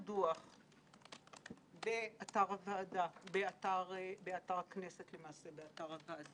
בצירוף משלוח הדוח לכל 120 חברי הכנסת לאחר